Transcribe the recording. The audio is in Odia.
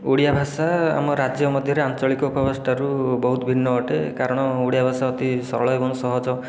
ଓଡ଼ିଆ ଭାଷା ଆମ ରାଜ୍ୟ ମଧ୍ୟରେ ଆଞ୍ଚଳିକ ଉପଭାଷା ଠାରୁ ବହୁତ ଭିନ୍ନ ଅଟେ କାରଣ ଓଡ଼ିଆ ଭାଷା ଅତି ସରଳ ଏବଂ ସହଜ